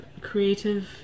creative